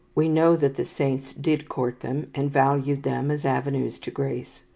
we know that the saints did court them, and valued them as avenues to grace.